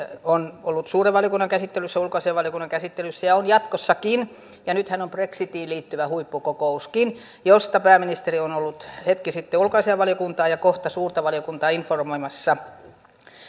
on ollut suuren valiokunnan käsittelyssä ja ulkoasiainvaliokunnan käsittelyssä ja on jatkossakin ja nythän on brexitiin liittyvä huippukokouskin josta pääministeri on ollut hetki sitten ulkoasianvaliokuntaa ja kohta suurta valiokuntaa informoimassa